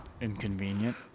Inconvenient